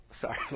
sorry